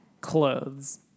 clothes